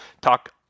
talk